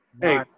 Hey